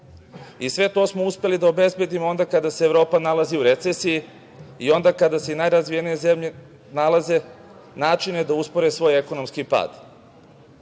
Sve to smo uspeli da obezbedimo onda kada se Evropa nalazi u recesiji i onda kada i najrazvijenije zemlje nalaze načine da uspore svoj ekonomski pad. Kada